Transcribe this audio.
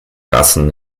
rassen